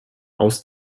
aus